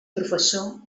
professor